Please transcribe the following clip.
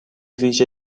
ویژه